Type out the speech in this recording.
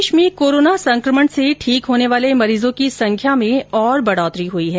प्रदेश में कोरोना संकमण से ठीक होने वाले मरीजों की संख्या में और बढोतरी हुई है